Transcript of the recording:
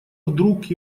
вдруг